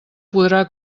podrà